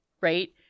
Right